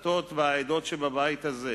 הדתות והעדות שבבית הזה,